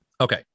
Okay